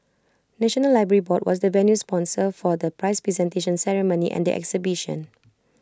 National Library board was the venue sponsor for the prize presentation ceremony and the exhibition